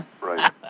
right